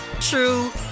true